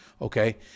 Okay